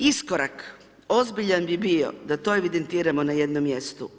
Iskorak ozbiljan bi bio da to evidentiramo na jednom mjestu.